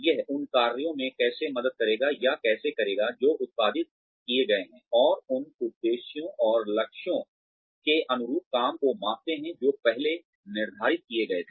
यह उन कार्यों में कैसे मदद करेगा या कैसे करेगा जो उत्पादन किए गए हैं और उन उद्देश्यों और लक्ष्यों के अनुरूप काम को मापते हैं जो पहले निर्धारित किए गए थे